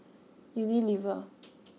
Unilever